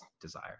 desire